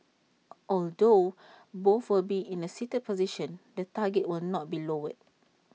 although both will be in A seated position the target will not be lowered